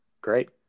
Great